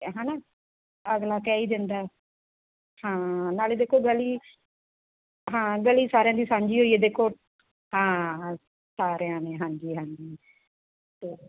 ਹੈ ਨਾ ਅਗਲਾ ਕਹਿ ਹੀ ਦਿੰਦਾ ਹਾਂ ਨਾਲੇ ਦੇਖੋ ਗਲੀ ਹਾਂ ਗਲੀ ਸਾਰਿਆਂ ਦੀ ਸਾਂਝੀ ਓ ਹੀ ਹੈ ਦੇਖੋ ਹਾਂ ਸਾਰਿਆਂ ਨੇ ਹਾਂਜੀ ਹਾਂਜੀ ਅਤੇ